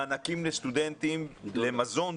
מענקים לסטודנטים למזון,